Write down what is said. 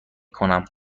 کنم